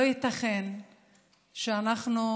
לא ייתכן שאנחנו,